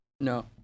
No